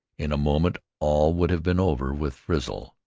in a moment all would have been over with frizzle,